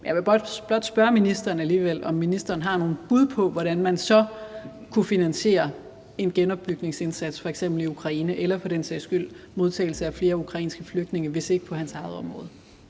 jeg vil godt spørge ministeren alligevel, om ministeren har nogle bud på, hvordan man så kan finansiere en genopbygningsindsats i f.eks. Ukraine eller for den sags skyld modtagelse af flere ukrainske flygtninge, hvis det ikke skal være på hans eget område.